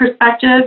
perspective